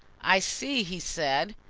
i see, he said.